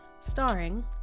starring